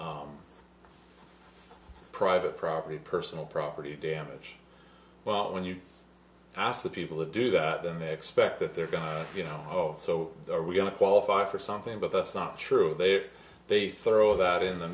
private property personal property damage well when you ask the people to do that then they expect that they're going to you know oh so are we going to qualify for something but that's not true there they throw that in the